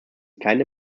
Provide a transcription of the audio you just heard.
keine